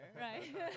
right